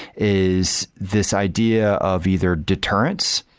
is this idea of either deterrence.